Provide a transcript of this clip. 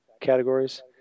categories